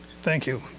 thank you.